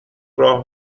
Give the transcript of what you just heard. راه